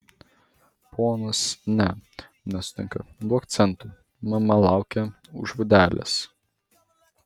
ponas ne nesutinka duok centų mama laukia už būdelės